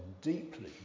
deeply